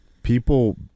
People